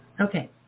Okay